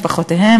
ממשפחותיהם,